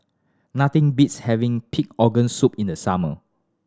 nothing beats having pig organ soup in the summer